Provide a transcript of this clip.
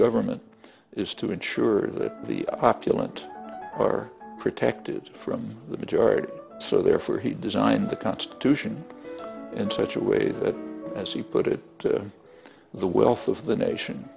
government is to ensure that the opulent are protected from the majority so therefore he designed the constitution in such a way that as he put it to the wealth of the nation